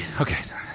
Okay